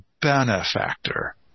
benefactor